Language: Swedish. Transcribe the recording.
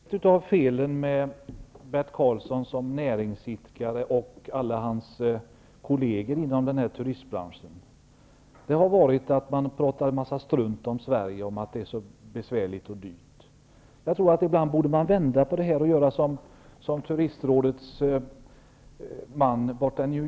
Herr talman! Ett av felen med Bert Karlsson som näringsidkare och alla hans kolleger inom turistbranschen har varit att de pratar en massa strunt om Sverige och säger att det är så besvärligt och dyrt. Jag tror att man ibland borde vända på detta och göra som Turistrådets man i New York.